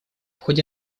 ходе